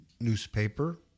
Newspaper